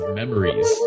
memories